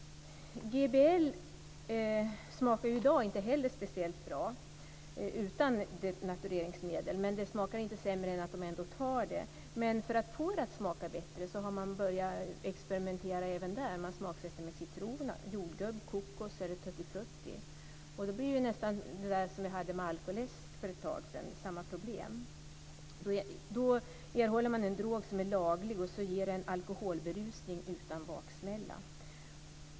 GBL smakar inte speciellt bra utan denatureringsmedel, men det smakar inte sämre än att de tar det. För att få det att smaka bättre har man börjat experimentera och smaksätta med citron, jordgubb, kokos eller tuttifrutti. Då blir det nästan samma problem som vi hade med alkoläsk för ett tag sedan. Man erhåller en drog som är laglig, som ger alkoholberusning utan baksmälla.